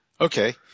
Okay